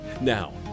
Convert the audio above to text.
now